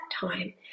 time